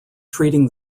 treating